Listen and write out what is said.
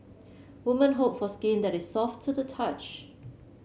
woman hope for skin that is soft to the touch